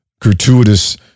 gratuitous